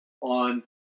on